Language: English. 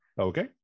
Okay